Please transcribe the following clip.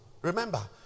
remember